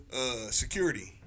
Security